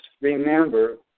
remember